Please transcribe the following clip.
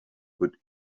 could